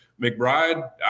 McBride